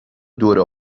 دوره